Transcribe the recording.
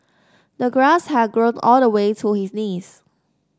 the grass had grown all the way to his knees